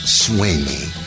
swinging